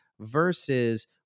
versus